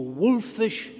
wolfish